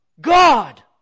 God